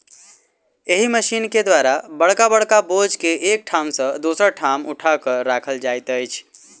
एहि मशीन के द्वारा बड़का बड़का बोझ के एक ठाम सॅ दोसर ठाम उठा क राखल जाइत अछि